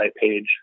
page